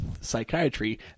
psychiatry